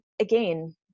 again